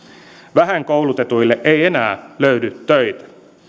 vähän koulutetuille ei enää löydy töitä